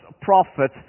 prophet